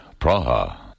Praha